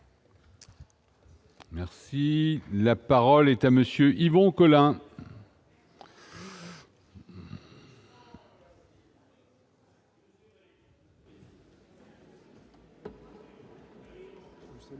Merci, la parole est à monsieur Yvon Collin. Monsieur